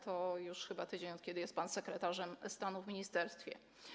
To już chyba tydzień, jak jest pan sekretarzem stanu w ministerstwie.